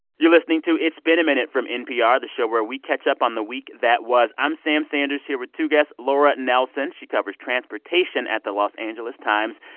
you're listening to it's been a minute from npr, the show where we catch up on the week that was. i'm sam sanders here with two guests. laura nelson she covers transportation at the los angeles times.